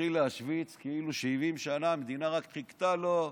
מתחיל להשוויץ כאילו ש-70 שנה המדינה רק חיכתה לו: